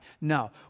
No